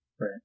right